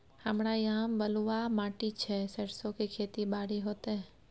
हमरा यहाँ बलूआ माटी छै सरसो के खेती बारी होते?